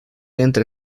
entre